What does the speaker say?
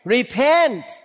Repent